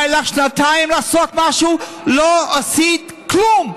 היו לך שנתיים לעשות משהו, לא עשית כלום.